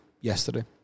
yesterday